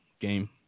game